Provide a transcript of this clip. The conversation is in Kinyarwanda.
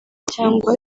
cyangwa